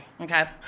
Okay